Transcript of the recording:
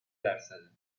درصده